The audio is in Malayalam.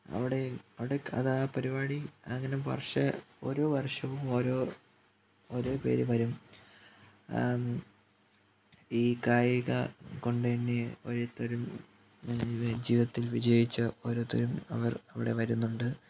അവിടെ അവിടെ കലാപരിപാടി അങ്ങനെ വർഷ ഓരോ വർഷവും ഓരോ പേരു വരും ഈ കായികം കൊണ്ടു തന്നെ ഓരോരുത്തരും ജീവിതത്തിൽ വിജയിച്ച ഓരോരുത്തരും അവർ അവിടെ വരുന്നുണ്ട്